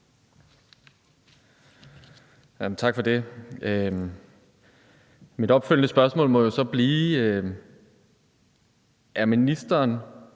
Tak for det. Mit opfølgende spørgsmål må så blive: Er ministeren